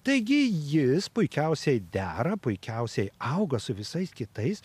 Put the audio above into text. taigi jis puikiausiai dera puikiausiai auga su visais kitais